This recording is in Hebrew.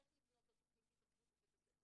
איך לבנות לו תוכנית התערבות בבית הספר,